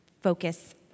focus